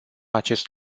acest